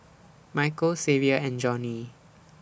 Michael Xavier and Joni